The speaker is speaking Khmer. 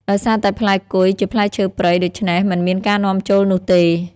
ដោយសារតែផ្លែគុយជាផ្លែឈើព្រៃ ដូច្នេះ មិនមានការនាំចូលនោះទេ។